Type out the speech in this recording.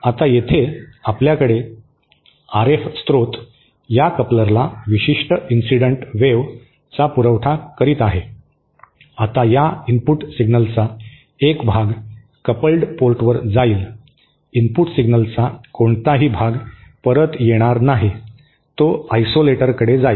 आता येथे आपल्याकडे आरएफ स्त्रोत या कपलरला विशिष्ट इन्सिडेंट वेव्ह चा पुरवठा करीत आहे आता या इनपुट सिग्नलचा एक भाग कपल्ड पोर्टवर जाईल इनपुट सिग्नलचा कोणताही भाग परत येणार नाही तो आयसोलेटरकडे जाईल